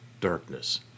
darkness